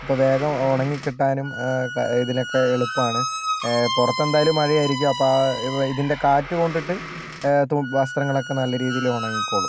അപ്പോൾ വേഗം ഉണങ്ങിക്കിട്ടാനും ഇതിനൊക്കെ എളുപ്പമാണ് പുറത്തെന്തായാലും മഴയായിരിക്കും അപ്പോൾ ആ ഇതിന്റെ കാറ്റു കൊണ്ടിട്ട് വസ്ത്രങ്ങളൊക്കെ നല്ല രീതിയിൽ ഉണങ്ങിക്കോളും